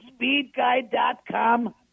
speedguide.com